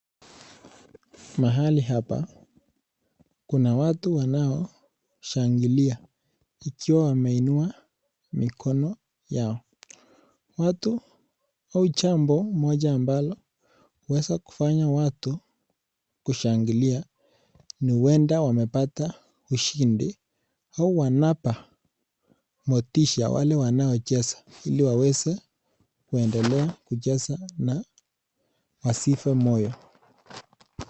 Mahali hapa kuna watu wanao shangilia ikiwa wameinua mikono yao, watu au jambo moja ambalo huweza kufanya kushangilia, ni huenda wamepata ushindi au wanapa motisha wale wanaocheza ili waweze kuendelea kucheza na wasife moyo.